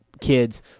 kids